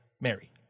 Mary